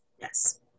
Yes